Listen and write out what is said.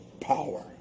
power